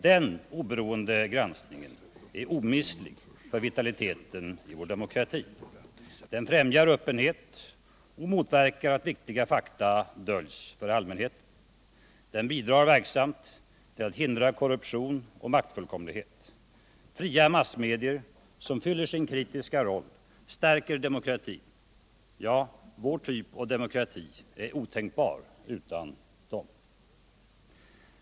Den oberoende granskningen är omistlig för vitaliteten i vår demokrati. Den främjar öppenhet och motverkar att viktiga fakta döljs för allmänheten. Den bidrar verksamt ull att hindra korruption och maktfullkomlighet. Fria massmedier. som fyller sin kritiska roll, stärker demokratin — ja, vår typ av demokrati är otänkbar utan dem.